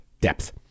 Depth